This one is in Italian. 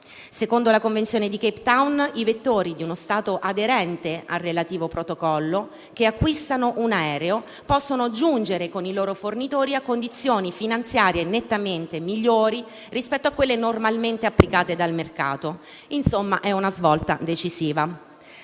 Secondo la Convenzione di Cape Town, i vettori di uno Stato aderente al relativo protocollo che acquistano un aereo possono giungere con i loro fornitori a condizioni finanziarie nettamente migliori rispetto a quelle normalmente applicate dal mercato. Insomma, è una svolta decisiva.